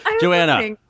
Joanna